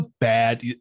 bad